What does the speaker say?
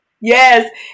yes